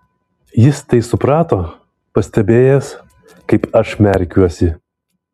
jis tai suprato pastebėjęs kaip aš merkiuosi